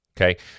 Okay